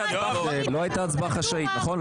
לא הייתה הצבעה חשאית, נכון?